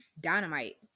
dynamite